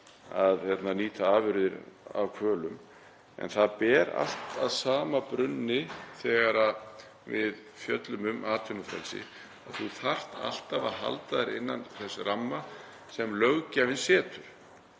að nýta afurðir af hvölum. En það ber allt að sama brunni þegar við fjöllum um atvinnufrelsi, þú þarft alltaf að halda þér innan þess ramma sem löggjafinn setur.